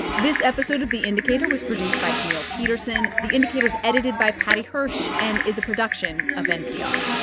this episode of the indicator was produced by camille petersen. the indicator is edited by paddy hirsch and is a production of npr